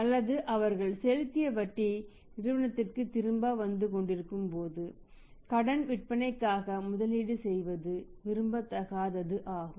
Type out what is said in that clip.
அல்லது அவர்கள் செலுத்திய வட்டி நிறுவனத்திற்கு திரும்ப வந்து கொண்டிருக்கும்போது கடன் விற்பனைக்காக முதலீடு செய்வது விரும்பத்தகாத ஆகும்